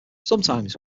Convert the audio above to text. sometimes